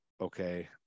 Okay